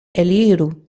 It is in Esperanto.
eliru